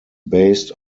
based